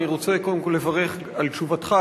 אני רוצה קודם כול לברך על תשובתך,